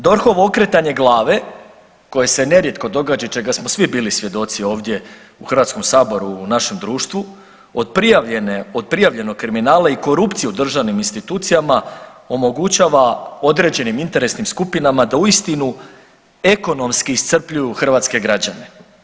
DORH-ovo okretanje glave koje se nerijetko događa čega smo svi bili svjedoci ovdje u Hrvatskom saboru u našem društvu od prijavljene, od prijavljenog kriminala i korupcije u državnim institucijama omogućava određenim interesnim skupinama da uistinu ekonomski iscrpljuju hrvatske građane.